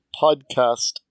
podcast